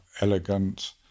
elegant